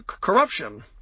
corruption